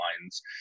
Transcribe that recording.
lines